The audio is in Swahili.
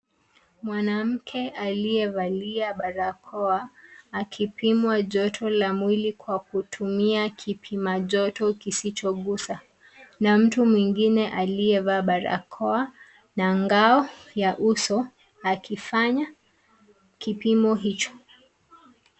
Mwanamke aliyevalia barakoa akipimwa joto la mwili kwa kutumia kipima joto kisichoguza na mtu mwingine aliyevaa barakoa na ngao ya uso akifanya kipimo hicho.